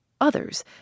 Others